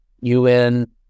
UN